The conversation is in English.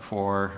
for